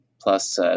plus